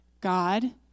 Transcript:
God